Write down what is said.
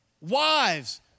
Wives